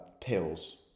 pills